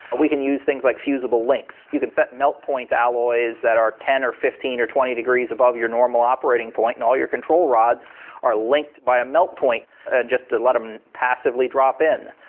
we can use things like fusible links. you can set melt point alloys that are ten or fifteen or twenty degrees above your normal operating point and all your control rods are linked by a melt point and just let them passively drop-in.